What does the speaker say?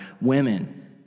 Women